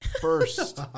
First